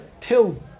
till